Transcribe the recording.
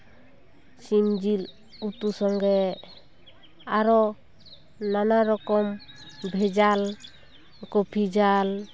ᱥᱤᱢ ᱡᱤᱞ ᱩᱛᱩ ᱥᱚᱸᱜᱮ ᱟᱨᱚ ᱱᱟᱱᱟ ᱨᱚᱠᱚᱢ ᱵᱷᱮᱡᱟᱞ ᱠᱚᱯᱷᱤᱡᱟᱞ